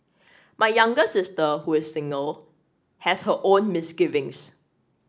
my younger sister who is single has her own misgivings